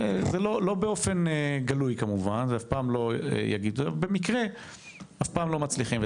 זה לא באופן גלוי כמובן, במקרה אף פעם לא מצליחים.